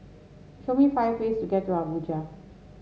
show me five ways to get to Abuja